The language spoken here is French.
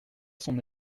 son